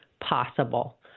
possible